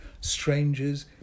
strangers